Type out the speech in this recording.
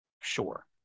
sure